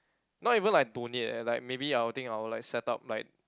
not even like donate eh like maybe I will think I will like set up like